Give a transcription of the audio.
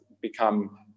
become